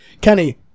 Kenny